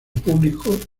público